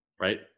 Right